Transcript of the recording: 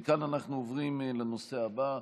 מכאן אנחנו עוברים לנושא הבא,